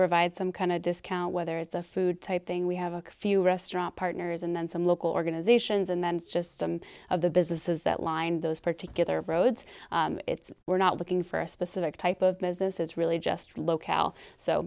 provide some kind of discount whether it's a food type thing we have a few restaurant partners and then some local organizations and then it's just some of the businesses that lined those particular roads we're not looking for a specific type of business is really just locale so